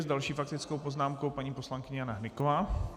S další faktickou poznámkou paní poslankyně Jana Hnyková.